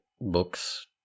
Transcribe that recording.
books